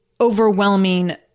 overwhelming